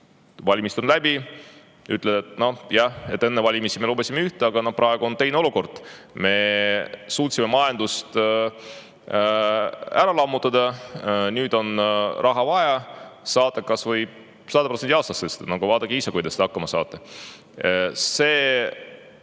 valimised on läbi, ütled, et nojah, enne valimisi me lubasime üht, aga praegu on teine olukord. Me suutsime majanduse ära lammutada, nüüd on raha vaja. Saate kas või 100% aastas maamaksu tõsta, vaadake ise, kuidas hakkama saate. See